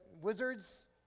wizards